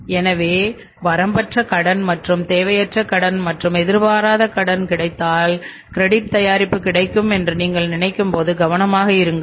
எனவே வரம்பற்ற கடன் மற்றும் தேவையற்ற கடன் மற்றும் எதிர்பாராத கடன் கிடைத்தால் கிரெடிட் தயாரிப்பு கிடைக்கும் என்று நீங்கள் நினைக்கும் போது கவனமாக இருங்கள்